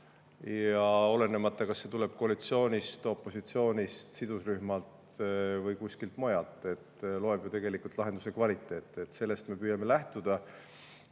olenemata, kas see tuleb koalitsioonist, opositsioonist, sidusrühmalt või kuskilt mujalt. Loeb ju tegelikult lahenduse kvaliteet. Sellest me püüame lähtuda.